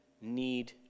need